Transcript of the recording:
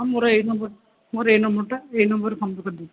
ହଁ ମୋର ଏହି ନମ୍ବର୍ ଏହି ନମ୍ବରଟା ଏହି ନମ୍ବରରେ ଫୋନପେ କରି ଦିଅନ୍ତୁ